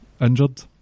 injured